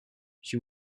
she